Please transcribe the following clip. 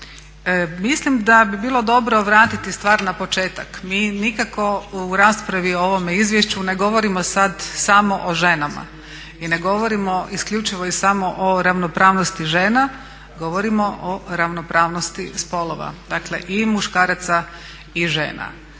Mislim da bi bilo dobro vratiti stvar na početak. Mi nikako u raspravi o ovome izvješću ne govorimo sad samo o ženama i ne govorimo isključivo i samo o ravnopravnosti žena, govorimo o ravnopravnosti spolova. Dakle, i muškaraca i žena.